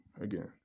again